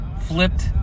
flipped